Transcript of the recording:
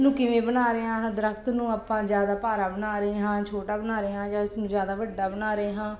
ਨੂੰ ਕਿਵੇਂ ਬਣਾ ਰਹੇ ਹਾਂ ਦਰੱਖਤ ਨੂੰ ਆਪਾਂ ਜ਼ਿਆਦਾ ਭਾਰਾ ਬਣਾ ਰਹੇ ਹਾਂ ਛੋਟਾ ਬਣਾ ਰਹੇ ਹਾਂ ਜਾਂ ਇਸ ਨੂੰ ਜ਼ਿਆਦਾ ਵੱਡਾ ਬਣਾ ਰਹੇ ਹਾਂ